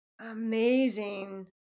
amazing